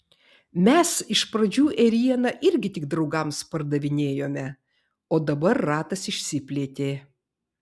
mes iš pradžių ėrieną irgi tik draugams pardavinėjome o dabar ratas išsiplėtė